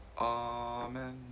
Amen